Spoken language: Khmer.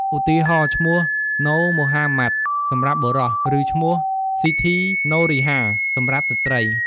ឧទាហរណ៍ ឈ្មោះ ណូ ម៉ូហាម៉ាត់ សម្រាប់បុរស ឬ ឈ្មោះ ស៊ីធី ណូរីហា សម្រាប់ស្ត្រី។